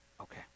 Okay